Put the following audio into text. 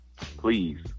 Please